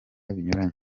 binyuranye